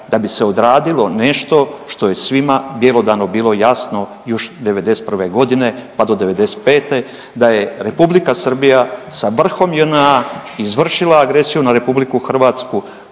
da bi se odradilo nešto što je svima bjelodano bilo jasno još '91. godine pa do '95. da je Republika Srbija sa vrhom JNA izvršila agresiju na RH, porušila